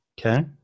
Okay